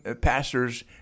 pastors